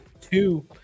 two